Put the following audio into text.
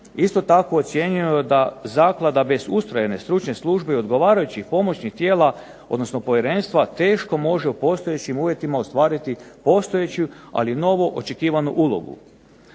Isto tako ocjenjujemo da zaklada bez ustrojene stručne službe i odgovarajućih pomoćnih tijela, odnosno povjerenstva teško može u postojećim uvjetima ostvariti postojeću, ali novoočekivanu ulogu.